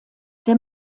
der